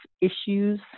issues